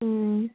ꯎꯝ